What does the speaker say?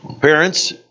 Parents